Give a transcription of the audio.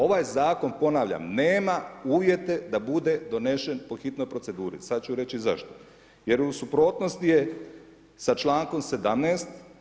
Ovaj zakon ponavljam nema uvjete da bude donesen po hitnoj proceduri, sada ću reći i zašto, jer u suprotnosti je sa čl. 17.